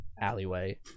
alleyway